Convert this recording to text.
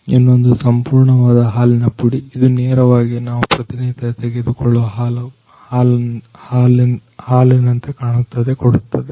ಇನ್ನೊಂದು ಸಂಪೂರ್ಣವಾದ ಹಾಲಿನ ಪುಡಿ ಇದು ನೇರವಾಗಿ ನಾವು ಪ್ರತಿನಿತ್ಯ ತೆಗೆದುಕೊಳ್ಳುವ ಹಾಲನ್ನಕೊಡುತ್ತದೆ